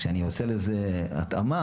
כשאני עושה לזה התאמה,